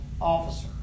officer